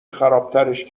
خرابترش